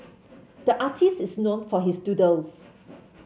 the artist is known for his doodles